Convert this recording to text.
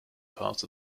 part